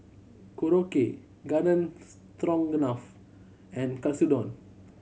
Korokke Garden Stroganoff and Katsudon